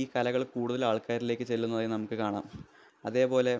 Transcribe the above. ഈ കലകള് കൂടുതലാള്ക്കാരിലേയ്ക്ക് ചെല്ലുന്നതായി നമുക്കു കാണാം അതേപോലെ